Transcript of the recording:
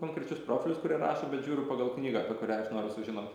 konkrečius profilius kurie rašo bet žiūriu pagal knygą apie kurią aš noriu sužinot